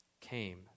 came